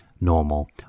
normal